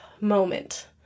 moment